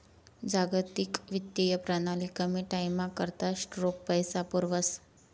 जागतिक वित्तीय प्रणाली कमी टाईमना करता रोख पैसा पुरावस